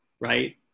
right